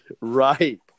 right